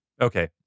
Okay